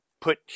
put